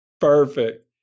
Perfect